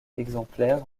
exemplaires